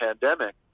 pandemic